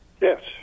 Yes